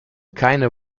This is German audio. keine